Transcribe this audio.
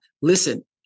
listen